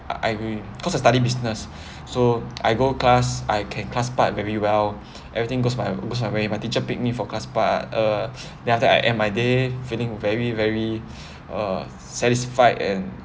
I agree cause I study business so I go class I can class part very well everything goes my goes my way my teacher pick me class part uh then after I end my day feeling very very uh satisfied and